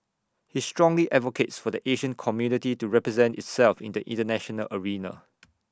he strongly advocates for the Asian community to represent itself in the International arena